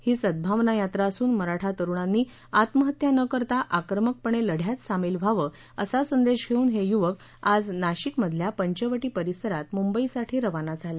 ही सद्भावना यात्रा असून मराठा तरुणांनी आत्महत्या न करता आक्रमकपणे लढ्यात सामील व्हावं असा संदेश घेऊन हे युवक आज नाशिकमधल्या पंचवटी परिसरात मुंबईसाठी रवाना झाले